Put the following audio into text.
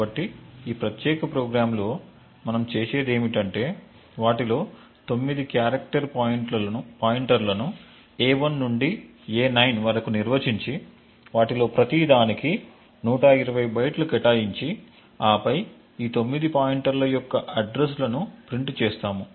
కాబట్టి ఈ ప్రత్యేక ప్రోగ్రామ్లో మనం చేసేది ఏమిటంటే వాటిలో 9 క్యారెక్టర్ పాయింటర్లను a1 నుండి a9 వరకు నిర్వచించి వాటిలో ప్రతిదానికి 120 బైట్లు కేటాయించి ఆపై ఈ 9 పాయింటర్ల యొక్క అడ్రస్ లను ప్రింట్ చేస్తాము